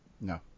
No